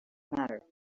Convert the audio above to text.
matter